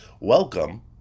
welcome